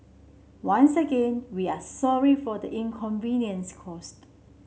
once again we are sorry for the inconvenience caused